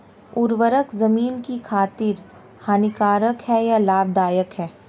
उर्वरक ज़मीन की खातिर हानिकारक है या लाभदायक है?